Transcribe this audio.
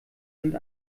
sind